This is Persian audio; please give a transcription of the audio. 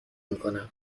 میکنم